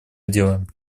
делаем